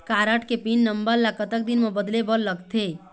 Card के pin number ला कतक दिन म बदले बर लगथे?